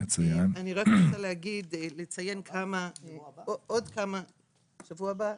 אני רק רוצה לציין עוד כמה --- בשבוע הבא?